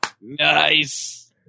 Nice